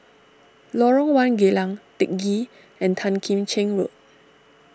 Lorong one Geylang Teck Ghee and Tan Kim Cheng Road